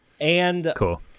Cool